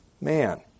man